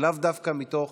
ולאו דווקא מתך